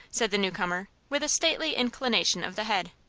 said the newcomer, with a stately inclination of the head.